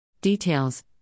Details